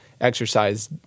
exercise